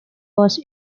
was